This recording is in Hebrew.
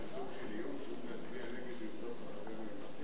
היה בזה סוג של איום שהוא רדף אחריו עם מקל?